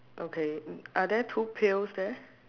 okay are there two pills there